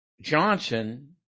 Johnson